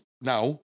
now